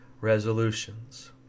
resolutions